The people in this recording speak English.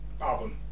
album